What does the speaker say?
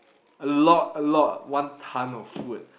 a lot a lot one tonne of food